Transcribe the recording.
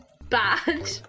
Bad